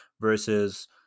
versus